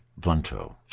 Blunto